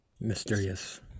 mysterious